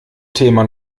thema